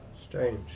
Strange